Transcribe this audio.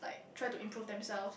like try to improve themselves